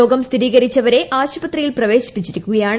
രോഗം സ്ഥിരീകരിച്ചവരെ ആശുഷ്ട്രിയിൽ പ്രവേശിപ്പിച്ചിരിക്കുകയാണ്